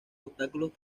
obstáculos